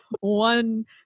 one